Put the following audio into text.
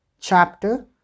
chapter